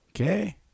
Okay